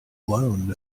alone